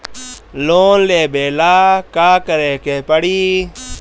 Loan लेबे ला का करे के पड़ी?